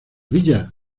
villas